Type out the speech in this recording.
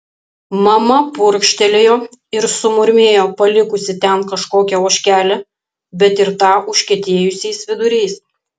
mama purkštelėjo ir sumurmėjo palikusi ten kažkokią ožkelę bet ir tą užkietėjusiais viduriais